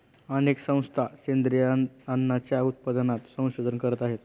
अनेक संस्था सेंद्रिय अन्नाच्या उत्पादनात संशोधन करत आहेत